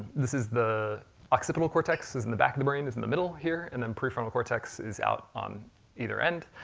this is the occipital cortex is in the back of the brain is in the middle here, and then pre-frontal cortex is out on either end.